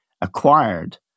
acquired